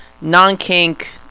non-kink